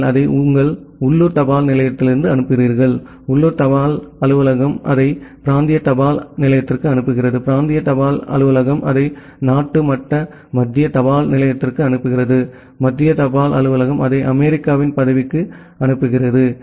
எனவே நீங்கள் அதை உங்கள் உள்ளூர் தபால் நிலையத்திற்கு அனுப்புகிறீர்கள் உள்ளூர் தபால் அலுவலகம் அதை பிராந்திய தபால் நிலையத்திற்கு அனுப்புகிறது பிராந்திய தபால் அலுவலகம் அதை நாட்டு மட்ட மத்திய தபால் நிலையத்திற்கு அனுப்புகிறது மத்திய தபால் அலுவலகம் அதை அமெரிக்காவின் பதவிக்கு அனுப்புகிறது